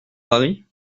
paris